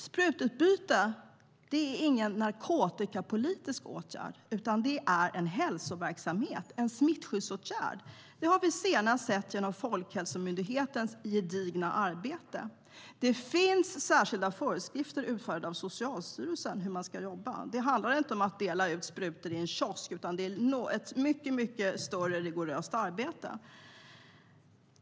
Sprututbyte är inte någon narkotikapolitisk åtgärd. Det är en hälsoverksamhet, en smittskyddsåtgärd. Det har vi sett senast genom Folkhälsomyndighetens gedigna arbete. Det finns särskilda föreskrifter, utfärdade av Socialstyrelsen, för hur man ska jobba. Det handlar inte om att dela ut sprutor i en kiosk. Det är ett mycket större och rigoröst arbete.